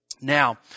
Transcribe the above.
Now